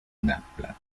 naples